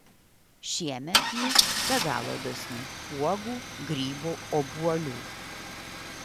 šiemet ji be galo dosni uogų grybų obuolių